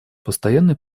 постоянной